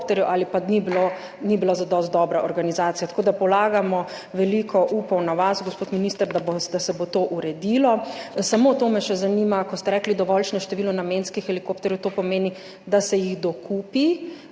ali pa ni bilo zadosti dobre organizacije. Tako, da polagamo veliko upov na vas, gospod minister, da se bo to uredilo. Samo to me še zanima, ko ste rekli, dovoljšne število namenskih helikopterjev: Ali to pomeni, da se helikopterje